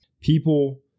people